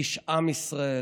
איש עם ישראל,